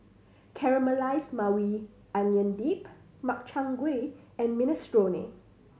Caramelize Maui Onion Dip Makchang Gui and Minestrone